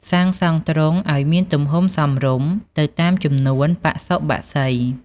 សាងសង់ទ្រុងឲ្យមានទំហំសមរម្យទៅតាមចំនួនបសុបក្សី។